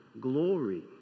glory